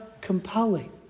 compelling